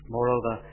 Moreover